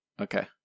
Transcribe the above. okay